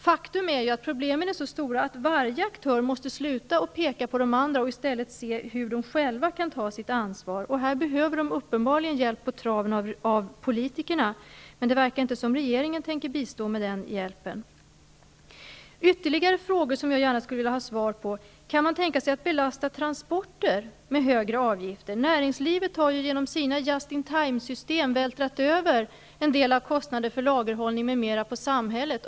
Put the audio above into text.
Faktum är att problemen är så stora att varje aktör måste sluta att peka på de andra och i stället se till hur de själva kan ta sitt ansvar. Här behöver de uppenbarligen hjälp på traven av politikerna. Det verkar inte som om regeringen tänker bistå med den hjälpen. Det finns ytterligare några frågor som jag gärna skulle vilja ha svar på. Kan man tänka sig att belasta transporter med högre avgifter? Näringslivet har ju genom sina just-in-time-system vältrat över en del av kostnaderna för lagerhållning m.m. på samhället.